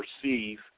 perceive